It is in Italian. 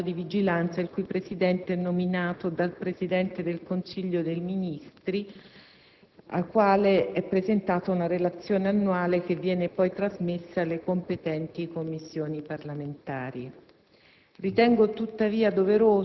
ad un apposito comitato di vigilanza, il cui presidente è nominato dal Presidente del Consiglio dei ministri, al quale è presentata una relazione annuale che viene poi trasmessa alle competenti Commissioni parlamentari.